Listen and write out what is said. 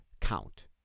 count